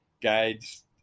guides